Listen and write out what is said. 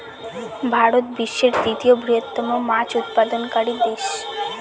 ভারত বিশ্বের তৃতীয় বৃহত্তম মাছ উৎপাদনকারী দেশ